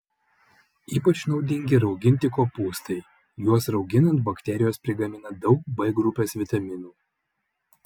ypač naudingi rauginti kopūstai juos rauginant bakterijos prigamina daug b grupės vitaminų